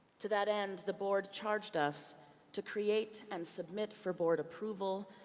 to that end, the board charged us to create and submit for board approval,